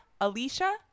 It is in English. Alicia